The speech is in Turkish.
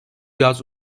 yaz